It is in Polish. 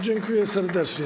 Dziękuję serdecznie.